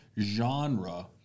genre